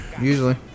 Usually